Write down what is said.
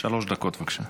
שלוש דקות, בבקשה.